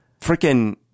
freaking